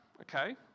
okay